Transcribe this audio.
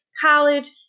college